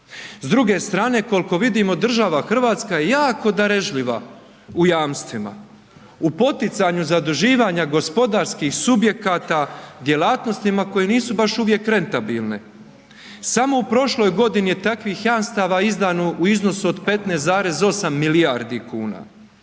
S druge strane, koliko vidimo, država Hrvatska je jako darežljiva u jamstvima. U poticanju zaduživanja gospodarskih subjekata djelatnostima koje nisu baš uvijek rentabilne. Samo u prošloj godini je takvih jamstava izdano u iznosu od 15,8 milijardi kuna.